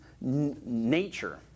nature